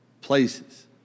places